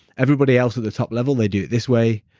everybody else at the top level, they do it this way.